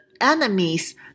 enemies